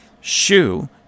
shoe